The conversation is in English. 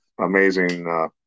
amazing